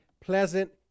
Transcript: pleasant